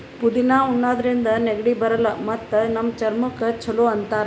ಪುದಿನಾ ಉಣಾದ್ರಿನ್ದ ನೆಗಡಿ ಬರಲ್ಲ್ ಮತ್ತ್ ನಮ್ ಚರ್ಮಕ್ಕ್ ಛಲೋ ಅಂತಾರ್